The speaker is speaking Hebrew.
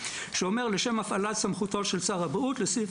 שאומר לשם הפעלת סמכותו של שר הבריאות לסעיף